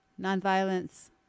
Nonviolence